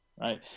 right